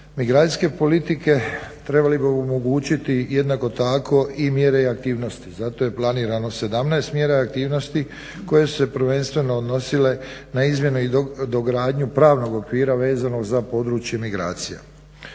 Migracijske politike trebale bi omogućiti jednako tako i mjere aktivnosti, zato je planirano 17 mjera aktivnosti koje su se prvenstveno odnosile na izmjene i dogradnju pravnog okvira vezano za područje migracija.